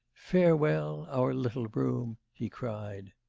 farewell, our little room he cried.